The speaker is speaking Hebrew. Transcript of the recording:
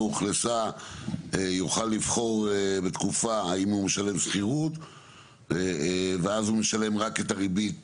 אוכלסה יוכל לבחור בתקופה האם הוא משלם שכירות ואז הוא משלם רק את הריבית